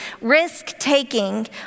risk-taking